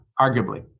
arguably